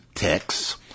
Text